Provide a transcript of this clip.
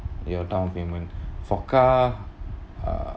your down payment for car uh